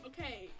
Okay